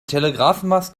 telegrafenmast